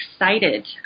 excited